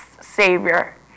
savior